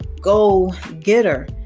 go-getter